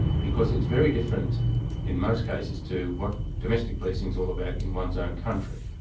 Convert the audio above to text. because it's very different in most cases, to what domestic policing's all about in one's own country.